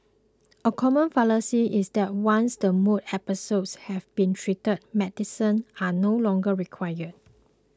a common fallacy is that once the mood episodes have been treated medicines are no longer required